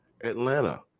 Atlanta